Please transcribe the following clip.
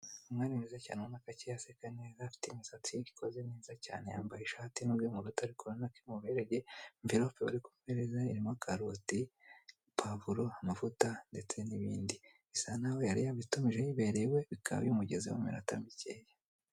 Kantine irimo ibinyobwa bidasembuye, aho harimo imashini ibika ibinyobwa kugirango bitangirika, iri mu ibara ry'umweru, imbere y'aho hari etajeri irimo ibyo binyobwa.